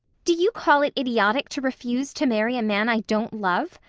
do you call it idiotic to refuse to marry a man i don't love?